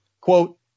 Quote